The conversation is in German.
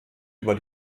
über